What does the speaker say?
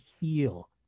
heal